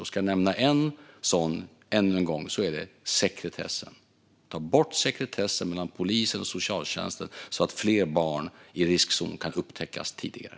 Ska jag nämna en sådan ännu en gång vill jag nämna sekretessen: Ta bort sekretessen mellan polisen och socialtjänsten, så att fler barn i riskzonen kan upptäckas tidigare!